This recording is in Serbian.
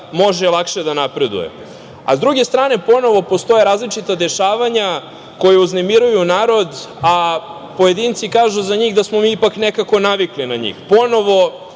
može lakše da napreduje.S druge strane, ponovo postoje različita dešavanja koja uznemiravaju narod, a pojedinci kažu za njih da smo mi ipak nekako navikli na njih. Ponovo